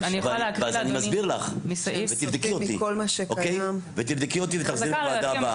אני מסביר לך ותבדקי אותי ותחזרי בוועדה הבאה.